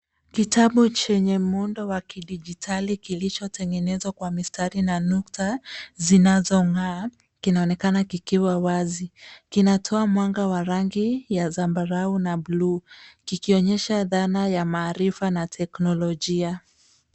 Kitabu chenye muundo wa kidijitali kilichotengenezwa kwa mistari na nukta zinazong'aa. Kinaonekana kikiwa wazi. Kinatoa mwanga wa rangi ya zambarau na bluu. Kikionyesha dhana ya maarifa na teknolojia